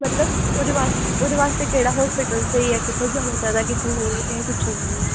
ते मतलब ओह्दे बास्तै केह्ड़ा हॉस्पिटल स्हेई ऐ मतलब कुत्थें जाना चाहिदा कुत्थें नेईं में पुच्छानी